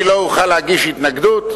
אני לא אוכל להגיש התנגדות?